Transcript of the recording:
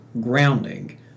grounding